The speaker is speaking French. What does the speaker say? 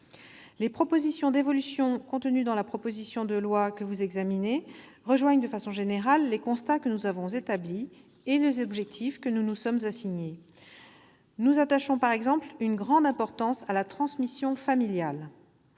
Les propositions d'évolution contenues dans cette proposition de loi rejoignent de façon générale les constats que nous avons établis et les objectifs que nous nous sommes assignés. Nous attachons par exemple une grande importance à la transmission familiale.